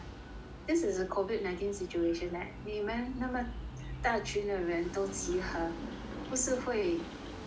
this is a COVID nineteen situation eh 你们那么大群的人都集合不是会